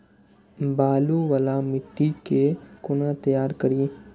बालू वाला मिट्टी के कोना तैयार करी?